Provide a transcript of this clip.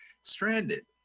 Stranded